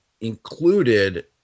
included